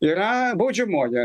yra baudžiamoji